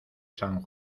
san